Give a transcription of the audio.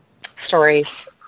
stories